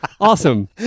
awesome